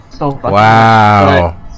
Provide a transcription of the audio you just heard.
Wow